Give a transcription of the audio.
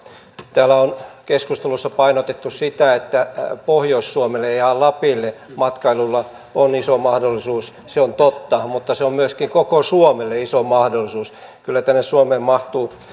täällä on keskusteluissa painotettu sitä että pohjois suomelle ja lapille matkailulla on iso mahdollisuus se on totta mutta se on myöskin koko suomelle iso mahdollisuus kyllä tänne suomeen mahtuu